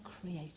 creator